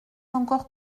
encore